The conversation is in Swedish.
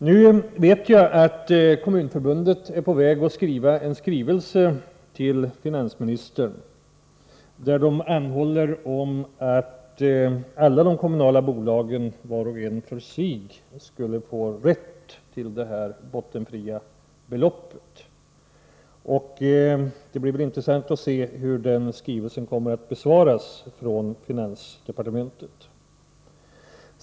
Nu vet jag att Kommunförbundet håller på att författa en skrivelse till finansministern i vilken man anhåller att alla de kommunala bolagen, vart och ett för sig, skall få rätt till ett skattefritt bottenbelopp. Det blir intressant att se hur den skrivelsen besvaras från finansdepartementet.